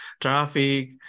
traffic